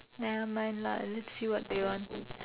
nevermind lah let's see what they want